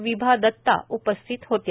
विभा दत्ता उपस्थित होत्या